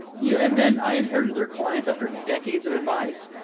yeah and then i inherited their clients after decades of advice,